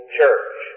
church